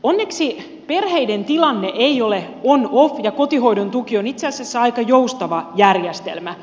onneksi perheiden tilanne ei ole onoff ja kotihoidon tuki on itse asiassa aika joustava järjestelmä